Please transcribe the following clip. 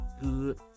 good